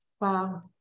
Wow